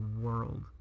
World